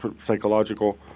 psychological